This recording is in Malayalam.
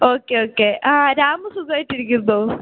ഓക്കെ ഓക്കെ ആ രാമു സുഖവായിട്ടിരിക്കുന്നോ